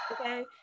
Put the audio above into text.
okay